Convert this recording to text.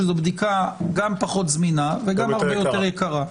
שזו בדיקה שהיא גם פחות זמינה וגם הרבה יותר יקרה.